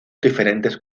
diferentes